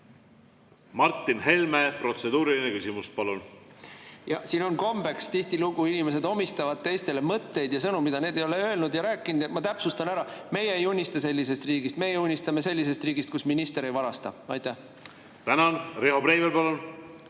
Martin Helme, protseduuriline küsimus, palun! Siin on kombeks, et tihtilugu inimesed omistavad teistele mõtteid ja sõnu, mida need ei ole öelnud ja rääkinud. Ma täpsustan ära: meie ei unista sellisest riigist, meie unistame sellisest riigist, kus minister ei varasta. Siin on kombeks,